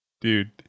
Dude